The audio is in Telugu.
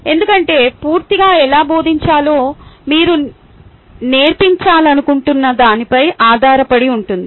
ఎందుకంటే పూర్తిగా ఎలా బోధించాలో మీరు నేర్పించాలనుకుంటున్న దానిపై ఆధారపడి ఉంటుంది